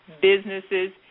businesses